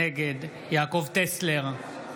נגד יעקב טסלר,